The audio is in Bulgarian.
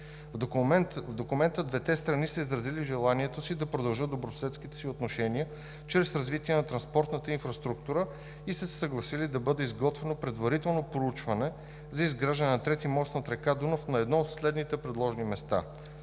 В документа двете страни са изразили желанието си да продължат добросъседските си отношения чрез развитие на транспортната инфраструктура и са се съгласили да бъде изготвено предварително проучване за изграждане на трети мост над река Дунав на едно от следните предложени места: